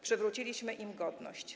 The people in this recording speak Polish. Przywróciliśmy im godność.